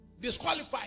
Disqualified